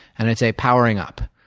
and i'd say, powering up.